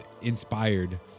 inspired